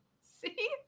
See